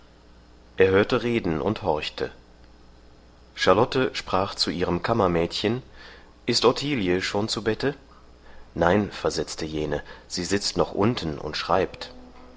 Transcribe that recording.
er hörte reden und horchte charlotte sprach zu ihrem kammermädchen ist ottilie schon zu bette nein versetzte jene sie sitzt noch unten und schreibt